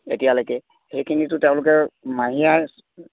এতিয়ালৈকে সেইখিনিতো তেওঁলোকে মাহে